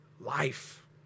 life